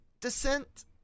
descent